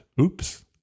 Oops